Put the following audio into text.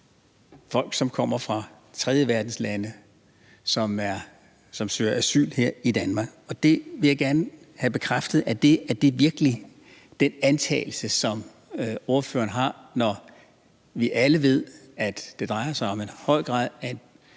folk kommer fra tredjeverdenslande og søger asyl her i Danmark. Og det vil jeg gerne have bekræftet virkelig er den antagelse, som ordføreren har, når vi alle ved, at det i høj grad